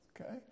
Okay